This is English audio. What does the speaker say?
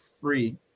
free